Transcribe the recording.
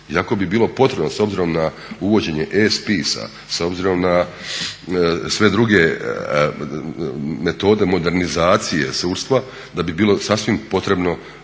iako bi bilo potrebno s obzirom na uvođenje e-spisa, s obzirom na sve druge metode modernizacije sudstva, da bi bilo sasvim potrebno